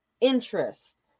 interest